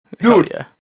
Dude